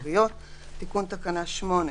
תיקון תקנה 8א: